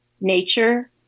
nature